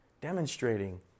demonstrating